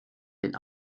den